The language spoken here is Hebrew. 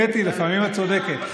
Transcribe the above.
קטי, לפעמים את צודקת.